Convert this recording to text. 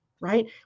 right